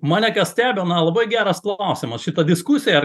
mane stebina labai geras klausimas šita diskusija ar